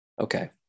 Okay